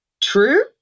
true